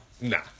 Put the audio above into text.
Nah